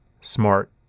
smart